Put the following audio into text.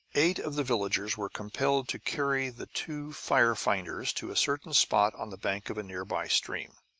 eight of the villagers were compelled to carry the two fire-finders to a certain spot on the bank of a nearby stream.